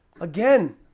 Again